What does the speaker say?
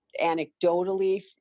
anecdotally